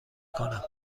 کنم